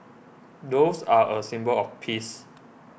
doves are a symbol of peace